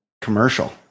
commercial